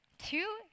Two